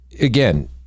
again